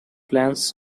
plans